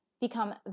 become